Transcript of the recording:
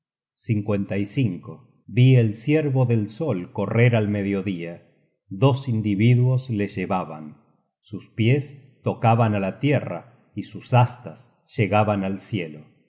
iban á hendirse vi el ciervo del sol correr al mediodía dos individuos le llevaban sus pies tocaban á la tierra y sus astas llegaban al cielo